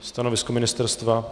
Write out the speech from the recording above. Stanovisko ministerstva?